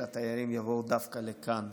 שהתיירים יבוא דווקא לכאן,